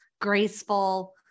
graceful